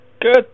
Good